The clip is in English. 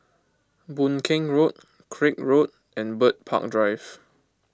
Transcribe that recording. Boon Keng Road Craig Road and Bird Park Drive